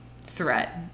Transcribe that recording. threat